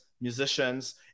musicians